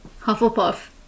Hufflepuff